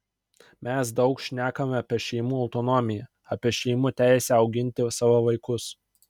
mes daug šnekame apie šeimų autonomiją apie šeimų teisę auginti savo vaikus